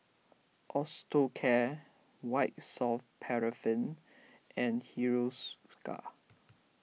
Osteocare White Soft Paraffin and Hiruscar